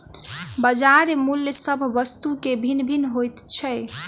बजार मूल्य सभ वस्तु के भिन्न भिन्न होइत छै